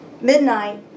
midnight